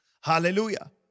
hallelujah